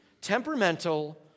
temperamental